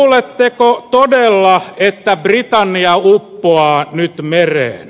luuletteko todella että britannia uppoaa nyt mereen